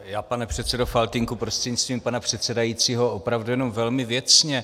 Já, pane předsedo Faltýnku prostřednictvím pana předsedajícího, opravdu jenom velmi věcně.